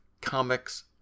Comics